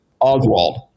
Oswald